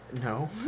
No